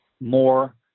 more